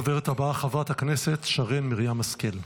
הדוברת הבאה, חברת הכנסת שרן מרים השכל.